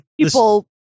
people